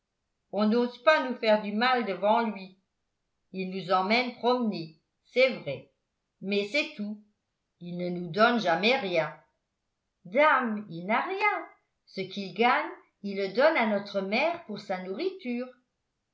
on n'ose pas nous faire du mal devant lui il nous emmène promener c'est vrai mais c'est tout il ne nous donne jamais rien dame il n'a rien ce qu'il gagne il le donne à notre mère pour sa nourriture